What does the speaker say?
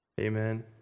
Amen